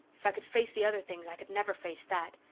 if i could face the other things i could never face that.